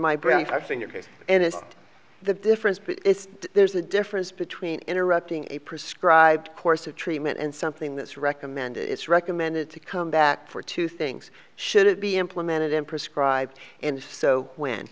case and it's the difference there's a difference between interrupting a prescribed course of treatment and something that's recommended it's recommended to come back for two things should it be implemented in prescribed and if so when